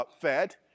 fed